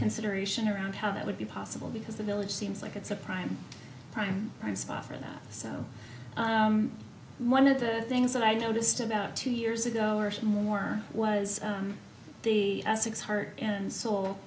consideration around how that would be possible because the village seems like it's a prime prime spot for that so one of the things that i noticed about two years ago or more was the six heart and soul